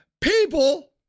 people